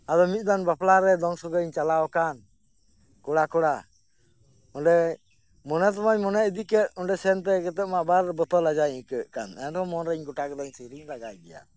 ᱟᱫᱚ ᱢᱤᱫ ᱫᱟᱱ ᱵᱟᱯᱞᱟᱨᱮ ᱫᱚᱝ ᱥᱚᱜᱚᱭ ᱤᱧ ᱪᱟᱞᱟᱣᱟᱠᱟᱱ ᱠᱚᱲᱟ ᱠᱚᱲᱟ ᱚᱸᱰᱮ ᱢᱚᱱᱮ ᱛᱮᱢᱟᱧ ᱢᱚᱱᱮ ᱤᱫᱤ ᱠᱮᱫ ᱚᱸᱰᱮ ᱥᱮᱱ ᱛᱮᱜᱮ ᱢᱟ ᱟᱵᱟᱨ ᱵᱚᱛᱚᱨ ᱞᱟᱡᱟᱣ ᱤᱧ ᱟᱹᱭᱠᱟᱹᱣᱮᱫ ᱠᱟᱱ ᱮᱱ ᱨᱮᱦᱚᱸ ᱢᱚᱱ ᱨᱮᱧ ᱜᱚᱴᱟ ᱠᱮᱫᱟ ᱥᱮᱨᱮᱧ ᱞᱟᱜᱟᱭ ᱜᱮᱭᱟ